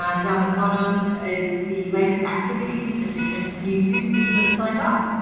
ah ddown the bottom is the latest activities, the different the new users that have signed up.